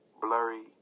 blurry